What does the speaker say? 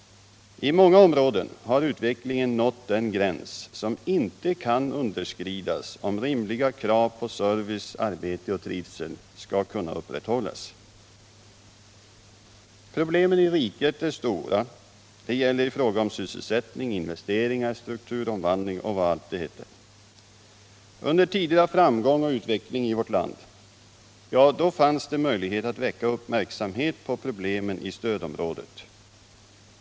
I många områden har utvecklingen nått den gräns som inte kan underskridas om rimliga krav på service, arbete och trivsel skall kunna upprätthållas. Problemen i riket är stora. Det gäller i fråga om sysselsättning, investeringar, strukturomvandling osv. Under tider av framgång och utveckling i vårt land fanns det möjlighet att väcka uppmärksamhet på problemen i stödområdet.